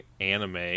anime